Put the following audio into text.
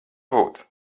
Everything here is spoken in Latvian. būt